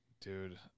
Dude